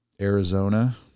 Arizona